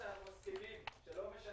אני רק רוצה לראות שאנחנו מסכימים שלא משנה,